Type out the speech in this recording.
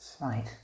Right